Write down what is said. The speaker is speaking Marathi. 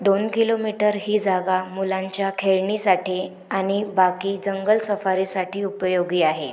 दोन किलोमीटर ही जागा मुलांच्या खेळणीसाठी आणि बाकी जंगल सफारीसाठी उपयोगी आहे